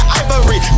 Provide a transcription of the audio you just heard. ivory